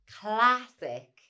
classic